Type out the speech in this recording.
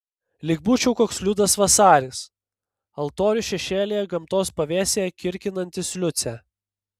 lyg būčiau koks liudas vasaris altorių šešėlyje gamtos pavėsyje kirkinantis liucę